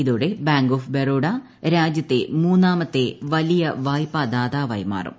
ഇതോടെ Bank of Baroda രാജ്യത്തെ മൂന്നാമത്തെ വലിയ വായ്പ ദാതാവായി മാറും